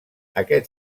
aquest